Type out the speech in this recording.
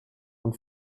und